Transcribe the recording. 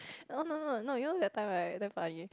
oh no no no no you know that time damn funny